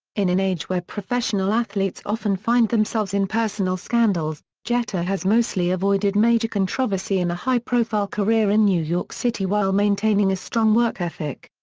in an age where professional athletes often find themselves in personal scandals, jeter has mostly avoided major controversy in a high profile career in new york city while maintaining a strong work ethic.